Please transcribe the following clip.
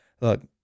Look